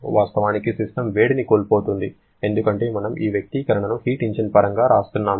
వాస్తవానికి సిస్టమ్ వేడిని కోల్పోతోంది ఎందుకంటే మనము ఈ వ్యక్తీకరణను హీట్ ఇంజిన్ పరంగా వ్రాస్తున్నాము